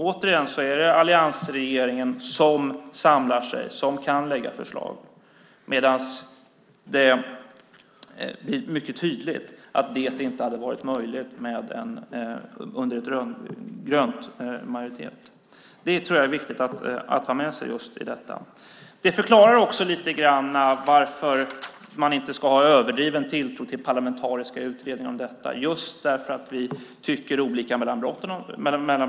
Det är återigen alliansregeringen som samlar sig och kan lägga fram förslag, medan det är mycket tydligt att det inte hade varit möjligt med en rödgrön majoritet. Det tror jag är viktigt att ha med sig. Det förklarar också varför man inte ska ha en överdriven tilltro till parlamentariska utredningar. Vi tycker olika mellan blocken om detta.